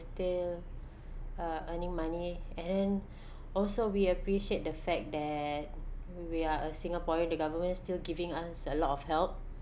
still uh earning money and then also we appreciate the fact that we are a singaporean the government still giving us a lot of help